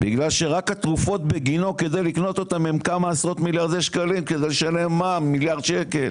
רק התרופות הן כמה עשרות מיליארדי שקלים כדי לשלם מע"מ מיליארד שקלים,